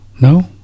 No